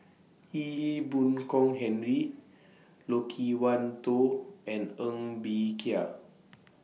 Ee Boon Kong Henry Loke Wan Tho and Ng Bee Kia